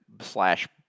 slash